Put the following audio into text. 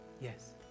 Yes